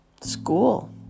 school